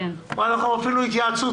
אפילו התייעצות,